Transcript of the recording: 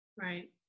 right